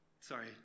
sorry